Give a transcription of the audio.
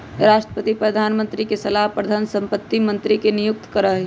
राष्ट्रपति प्रधानमंत्री के सलाह पर धन संपत्ति मंत्री के नियुक्त करा हई